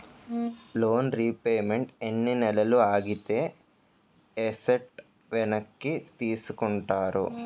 Loan repayment ఎన్ని నెలలు ఆగితే ఎసట్ వెనక్కి తీసుకుంటారు?